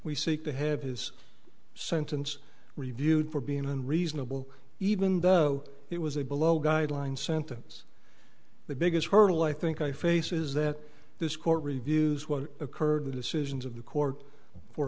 we seek to have his sentence reviewed for being unreasonable even though it was a below guideline sentence the biggest hurdle i think i face is that this court reviews what occurred the decisions of the court for